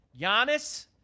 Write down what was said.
Giannis